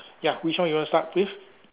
ya which one you want to start with